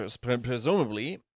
presumably